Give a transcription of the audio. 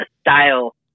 style